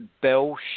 bell